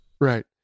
Right